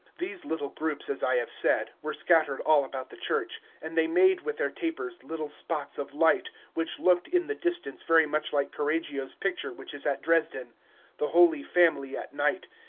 these little groups, as i have said, were scattered all about the church and they made with their tapers little spots of light, which looked in the distance very much like correggio's picture which is at dresden the holy family at night,